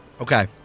Okay